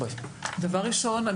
דבר ראשון,